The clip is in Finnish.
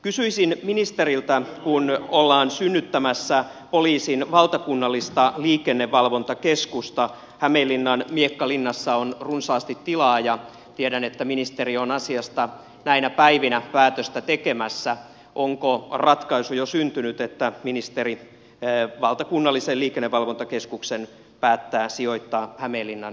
kysyisin ministeriltä kun ollaan synnyttämässä poliisin valtakunnallista liikennevalvontakeskusta hämeenlinnan miekkalinnassa on runsaasti tilaa ja tiedän että ministeri on asiasta näinä päivinä päätöstä tekemässä onko ratkaisu jo syntynyt että ministeri valtakunnallisen liikennevalvontakeskuksen päättää sijoittaa hämeenlinnan miekkalinnaan